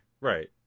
Right